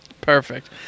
Perfect